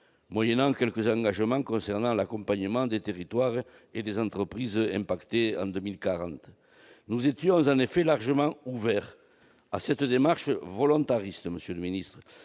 moyennant quelques engagements concernant l'accompagnement des territoires et des entreprises affectés en 2040. Notre groupe était en effet largement ouvert à cette démarche volontariste, qui marquait